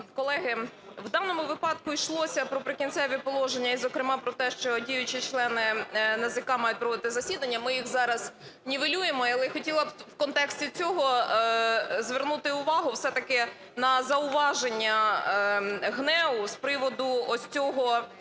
Колеги, в даному випадку йшлося про "Прикінцеві положення" і зокрема про те, що діючі члени НАЗК мають проводити засідання, ми їх зараз нівелюємо. Але я хотіла б в контексті цього звернути увагу все-таки на зауваження ГНЕУ з приводу ось цього